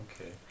okay